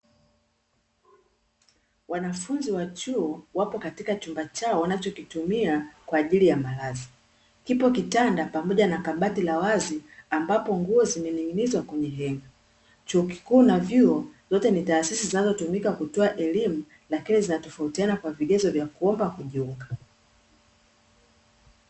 Wanafunzi wa chuo wapo katika chumba chao wanachokitumia kwa ajili ya malazi. Kipo kitanda pamoja na kabati la wazi ambapo nguo zimeingizwa kwenye henga. Chuo kikuu na vyuo zote ni taasisi zinazotumika kutoa elimu lakini zinatofautiana kwa vigezo vya kuomba kujiunga.